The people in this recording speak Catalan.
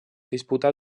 disputà